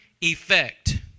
effect